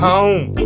Home